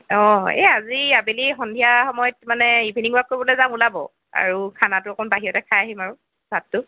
অ' এই আজি আবেলি সন্ধিয়া মই মানে ইভিনিং ৱাক কৰিব যাম আপুনি ওলাব আৰু খানাটো অকণ বাহিৰতে খাই আহিম আৰু ভাতটো